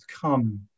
come